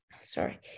Sorry